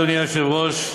אדוני היושב-ראש,